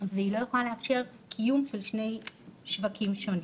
והיא לא יכולה לאפשר קיום של שני שווקים שונים